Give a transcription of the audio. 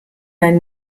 ein